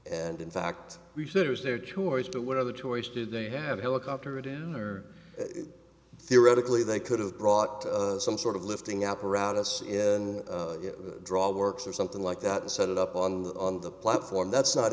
and in fact we said it was their choice to what other choice did they have helicopter it in or theoretically they could have brought some sort of lifting apparatus in the draw works or something like that to set it up on the platform that's not